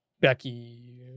Becky